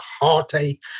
heartache